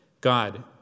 God